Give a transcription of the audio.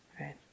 Right